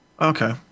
Okay